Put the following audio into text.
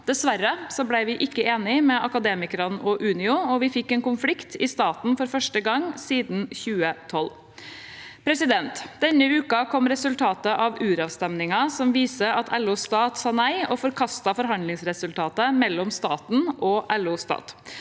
Dessverre ble vi ikke enige med Akademikerne og Unio, og vi fikk en konflikt i staten for første gang siden 2012. Denne uken kom resultatet av uravstemningen som viser at LO Stat sa nei og forkastet forhandlingsresultatet mellom staten og LO Stat.